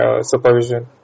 supervision